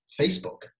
Facebook